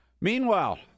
Meanwhile